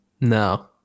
No